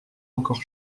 encore